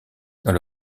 dans